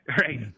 right